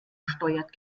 steuert